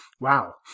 wow